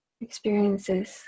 experiences